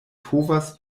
povas